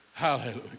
Hallelujah